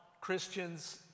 Christians